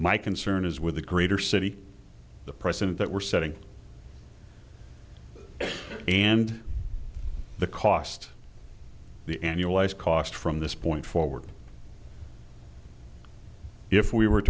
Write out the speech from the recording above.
my concern is with the greater city the present that we're setting and the cost the annualized cost from this point forward if we were